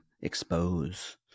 expose